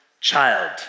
child